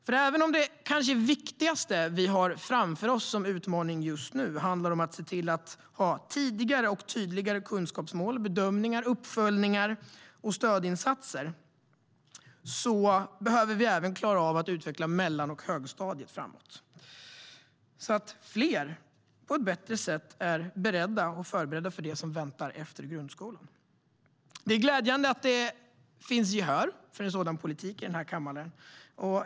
Det är glädjande att det finns gehör för en sådan politik i denna kammare.